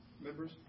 members